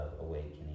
awakening